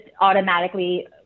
automatically